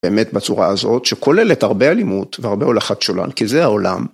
באמת בצורה הזאת שכוללת הרבה אלימות והרבה הולכת שולל כי זה העולם.